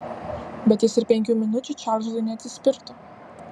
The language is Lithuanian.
bet jis ir penkių minučių čarlzui neatsispirtų